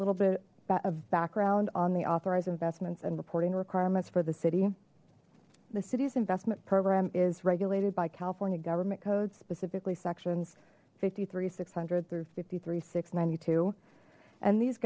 little bit of background on the authorized investments and reporting requirements for the city the city's investment program is regulated by california government codes specifically sections fifty three six hundred through fifty three six hundred and ninety two and these